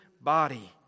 body